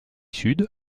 sud